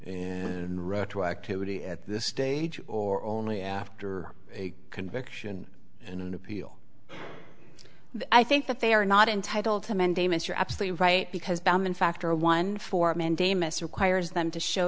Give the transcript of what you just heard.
and retroactivity at this stage or only after a conviction in an appeal i think that they are not entitled to mandamus you're absolutely right because bam in fact or one for mandamus requires them to show